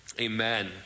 amen